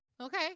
Okay